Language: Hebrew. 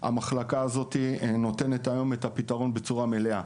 המחלקה הזאת נותנת את הפתרון בצורה מלאה.